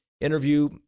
interview